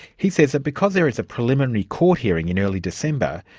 he says that because there is a preliminary court hearing in early december,